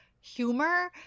humor